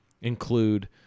include